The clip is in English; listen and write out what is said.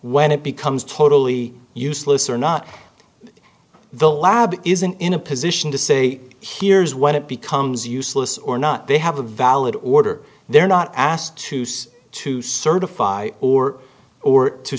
when it becomes totally useless or not the lab isn't in a position to say here's when it becomes useless or not they have a valid order they're not asked to say to certify or or to